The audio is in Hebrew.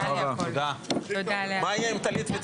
הישיבה ננעלה בשעה 21:37.